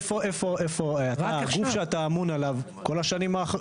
איפה הגוף שאתה אמון עליו כל השנים אחורה?